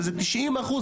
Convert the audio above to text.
וזה 90 אחוזים,